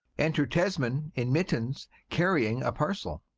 enter tesman, in mittens, carrying a parcel